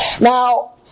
Now